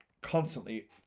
constantly